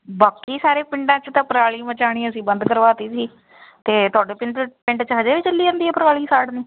ਬਾਕੀ ਸਾਰੇ ਪਿੰਡਾਂ ਚ ਤਾਂ ਪਰਾਲੀ ਮਚਾਣੀ ਅਸੀਂ ਬੰਦ ਕਰਵਾ ਦਿੱਤੀ ਸੀ ਤਾਂ ਤੁਹਾਡੇ ਪਿੰਡ ਪਿੰਡ 'ਚ ਹਜੇ ਵੀ ਚੱਲੀ ਜਾਂਦੀ ਹੈ ਪਰਾਲੀ ਸਾੜਨੀ